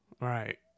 Right